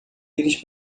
íris